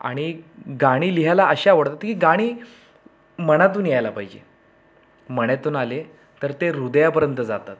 आणि गाणी लिहायला अशी आवडतात की गाणी मनातून यायला पाहिजे मनातून आले तर ते हृदयापर्यंत जातात